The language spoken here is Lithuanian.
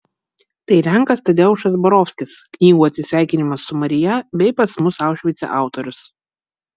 tai lenkas tadeušas borovskis knygų atsisveikinimas su marija bei pas mus aušvice autorius